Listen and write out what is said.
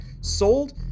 Sold